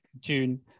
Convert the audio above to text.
june